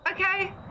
okay